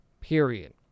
period